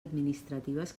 administratives